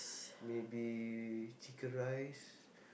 maybe chicken-rice